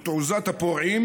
ותעוזת הפורעים,